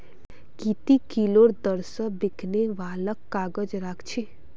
की ती किलोर दर स बिकने वालक काग़ज़ राख छि